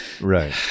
right